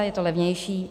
Je to levnější.